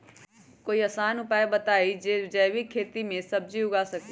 कोई आसान उपाय बताइ जे से जैविक खेती में सब्जी उगा सकीं?